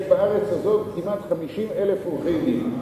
יש בארץ הזאת כמעט 50,000 עורכי-דין,